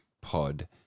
pod